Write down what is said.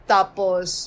Tapos